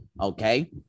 Okay